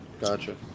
Gotcha